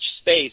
space